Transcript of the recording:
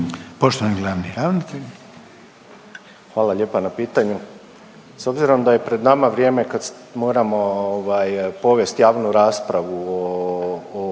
Poštovani glavni ravnatelj.